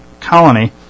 colony